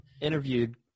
interviewed